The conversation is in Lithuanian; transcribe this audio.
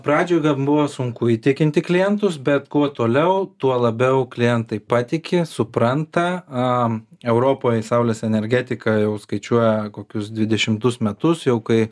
pradžioj gan buvo sunku įtikinti klientus bet kuo toliau tuo labiau klientai patiki supranta a europoj saulės energetika jau skaičiuoja kokius dvidešimtus metus jau kai